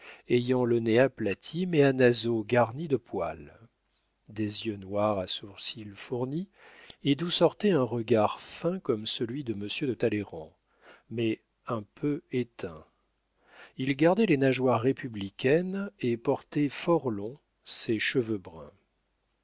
ayant le nez aplati mais à naseaux garnis de poils des yeux noirs à sourcils fournis et d'où sortait un regard fin comme celui de monsieur de talleyrand mais un peu éteint il gardait les nageoires républicaines et portait fort longs ses cheveux bruns